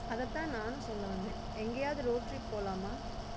அதைத்தான் நானும் சொல்ல வந்தேன் எங்கேயாவது ரோட் ட்ரிப் போகலாமா